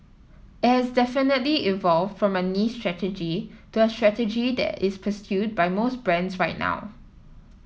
it has definitely evolved from my niche strategy to a strategy that is pursued by most brands right now